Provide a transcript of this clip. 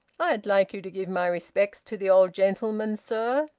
i'd like you to give my respects to the old gentleman, sir.